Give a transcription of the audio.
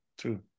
True